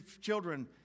children